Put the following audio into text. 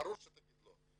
ברור שתגיד לא.